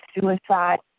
suicide